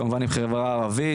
כמובן בחברה הערבית.